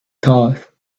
thought